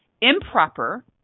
Improper